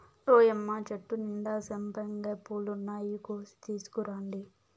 ఓయ్యమ్మ చెట్టు నిండా సంపెంగ పూలున్నాయి, కోసి తీసుకురండి